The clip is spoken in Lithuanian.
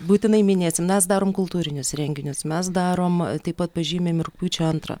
būtinai minėsim mes darom kultūrinius renginius mes darom taip pat pažymim ir rugpjūčio antrą